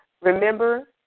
Remember